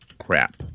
crap